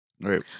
Right